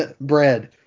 bread